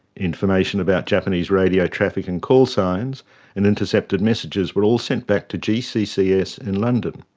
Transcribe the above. information about japanese radio traffic and call signs and intercepted messages were all sent back to gccs in london.